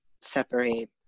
separate